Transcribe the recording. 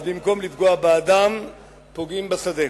אז במקום לפגוע באדם פוגעים בשדה.